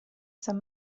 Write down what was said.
san